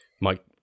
Mike